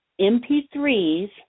MP3s